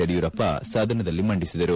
ಯಡಿಯೂರಪ್ಪ ಸದನದಲ್ಲಿ ಮಂಡಿಸಿದರು